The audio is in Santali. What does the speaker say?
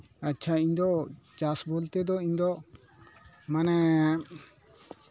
ᱟᱪᱪᱷᱟ ᱤᱧ ᱫᱚ ᱪᱟᱥ ᱵᱚᱞᱛᱮ ᱫᱚ ᱤᱧᱫᱚ ᱢᱟᱱᱮ